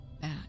back